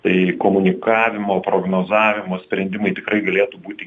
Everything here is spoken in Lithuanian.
tai komunikavimo prognozavimo sprendimai tikrai galėtų būti